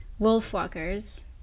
Wolfwalkers